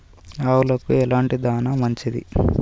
ఆవులకు ఎలాంటి దాణా మంచిది?